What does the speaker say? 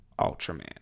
Ultraman